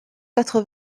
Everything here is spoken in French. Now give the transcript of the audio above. quatre